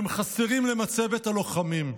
והם חסרים במצבת הלוחמים.